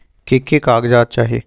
की की कागज़ात चाही?